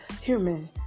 Human